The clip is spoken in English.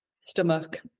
stomach